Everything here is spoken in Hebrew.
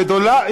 בדולרים?